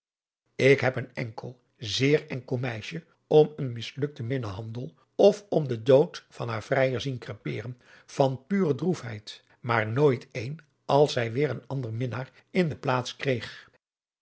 ik heb een enkel zeer enkel meisje om een mislukten minnehandel of om den dood van haar vrijer zien creperen van pure droefheid maar nooit een als zij weêr een ander minnaar in